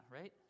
right